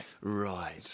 Right